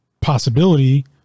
possibility